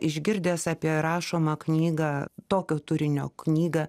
išgirdęs apie rašomą knygą tokio turinio knygą